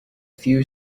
few